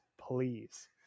please